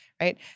right